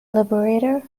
liberator